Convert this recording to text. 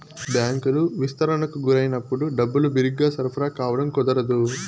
బ్యాంకులు విస్తరణకు గురైనప్పుడు డబ్బులు బిరిగ్గా సరఫరా కావడం కుదరదు